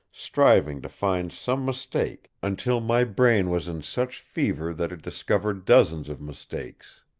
striving to find some mistake, until my brain was in such fever that it discovered dozens of mistakes.